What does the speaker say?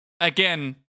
again